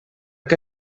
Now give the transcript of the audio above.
que